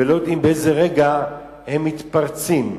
ולא יודעים באיזה רגע הם מתפרצים.